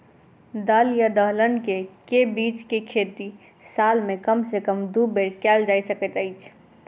दल या दलहन केँ के बीज केँ खेती साल मे कम सँ कम दु बेर कैल जाय सकैत अछि?